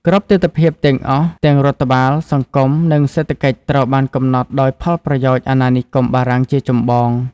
គ្រប់ទិដ្ឋភាពទាំងអស់ ទាំងរដ្ឋបាល សង្គម និងសេដ្ឋកិច្ចត្រូវបានកំណត់ដោយផលប្រយោជន៍អាណានិគមបារាំងជាចម្បង។